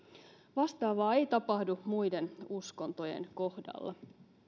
vastaavaa ei tapahdu muiden uskontojen kohdalla